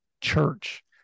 church